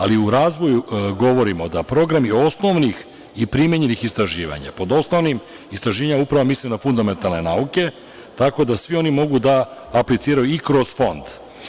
Ali, u razvoju govorimo da programi osnovnih i primenjenih istraživanja, pod osnovnim istraživanjima upravo mislim na fundamentalne nauke, tako da svi oni mogu da apliciraju i kroz fond.